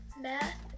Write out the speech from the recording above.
Math